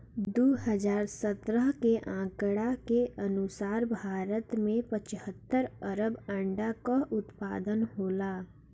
दू हज़ार सत्रह के आंकड़ा के अनुसार भारत में पचहत्तर अरब अंडा कअ उत्पादन होला